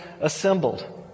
assembled